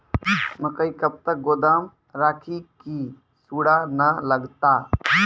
मकई कब तक गोदाम राखि की सूड़ा न लगता?